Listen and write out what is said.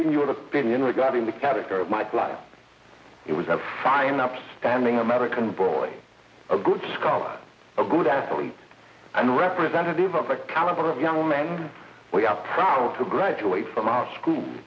have opinion regarding the category of my life it was up by an upstanding american boy a good scholar a good athlete and representative of the caliber of young men we are proud to graduate from our school